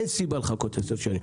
אין סיבה לחכות 10 שנים.